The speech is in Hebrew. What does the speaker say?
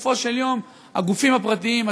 בסופו של יום הגופים הפרטיים,